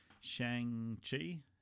Shang-Chi